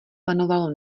panovalo